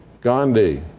gandhi,